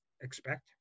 expect